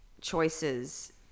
choices